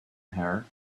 hair